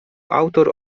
autor